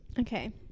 Okay